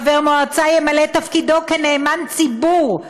חבר מועצה ימלא את תפקידו כנאמן ציבור,